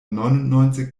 neunundneunzig